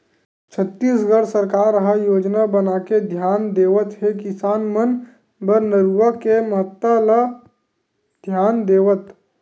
छत्तीसगढ़ सरकार ह योजना बनाके धियान देवत हे किसान मन बर नरूवा के महत्ता ल धियान देवत